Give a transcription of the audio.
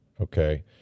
okay